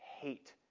hate